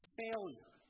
failure